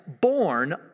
born